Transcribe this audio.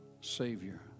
Savior